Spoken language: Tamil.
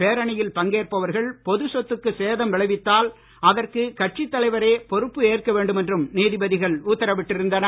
பேரணியில் பங்கேற்பவர்கள் பொது சொத்துக்கு சேதம் விளைவித்தால் அதற்கு கட்சி தலைவரே பொறுப்பு ஏற்க வேண்டும் என்றும் நீதிபதிகள் உத்தரவிட்டு இருந்தனர்